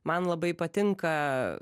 man labai patinka